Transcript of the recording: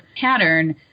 pattern